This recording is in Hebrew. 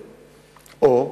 או,